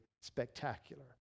spectacular